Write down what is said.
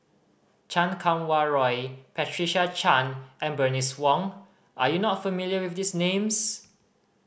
Chan Kum Wah Roy Patricia Chan and Bernice Wong are you not familiar with these names